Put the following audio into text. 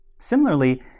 Similarly